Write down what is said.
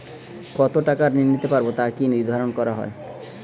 কতো টাকা ঋণ নিতে পারবো তা কি ভাবে নির্ধারণ হয়?